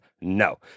No